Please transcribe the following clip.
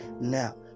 Now